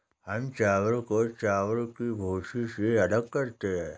हम चावल को चावल की भूसी से अलग करते हैं